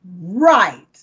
Right